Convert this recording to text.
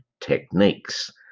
techniques